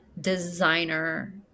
designer